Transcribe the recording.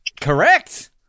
Correct